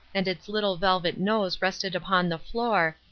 and its little velvet nose rested upon the floor,